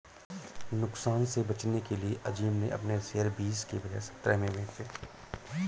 नुकसान से बचने के लिए अज़ीम ने अपने शेयर बीस के बजाए सत्रह में बेचे